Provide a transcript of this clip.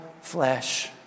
flesh